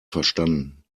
verstanden